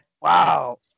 Wow